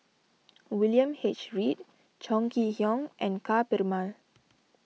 William H Read Chong Kee Hiong and Ka Perumal